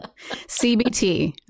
cbt